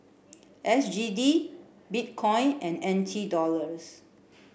S G D Bitcoin and N T Dollars